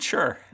Sure